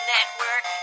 Network